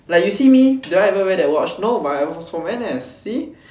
like you see me do I even wear that watch no but I'm from N_S see